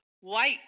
white